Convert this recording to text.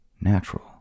natural